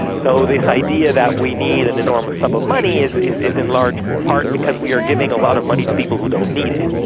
so this idea that we need an enormous sum of money is is in large part because we are giving a lot of money to people who don't need it.